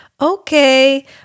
Okay